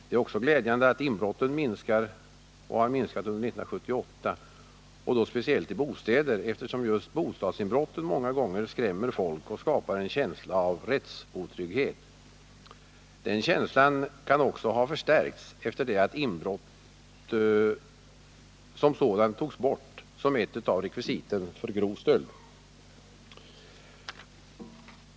Det är också glädjande att inbrotten minskar och har minskat under 1978 och då speciellt i bostäder, eftersom just bostadsinbrotten många gånger skrämmer folk och skapar en känsla av rättsotrygghet. Den känslan kan också ha förstärkts efter det att inbrottet som sådant togs bort som ett av rekvisiten för grov stöld.